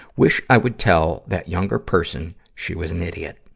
wish i would tell that younger person she was an idiot,